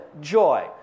joy